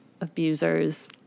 abusers